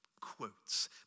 quotes